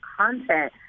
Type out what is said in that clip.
content